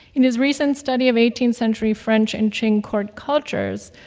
in his recent study of eighteenth century french and qing court cultures,